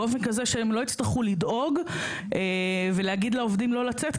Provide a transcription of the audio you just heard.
באופן כזה שהם לא יצטרכו לדאוג ולהגיד לעובדים לא לצאת,